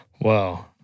Wow